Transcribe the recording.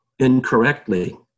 incorrectly